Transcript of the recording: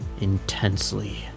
intensely